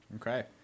Okay